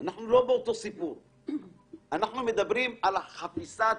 אנחנו מדברים על חפיסת